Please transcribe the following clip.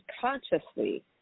consciously